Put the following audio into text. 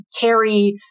carry